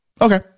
Okay